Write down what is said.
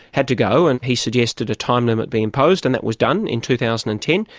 had to go, and he suggested a time limit be imposed, and that was done, in two thousand and ten,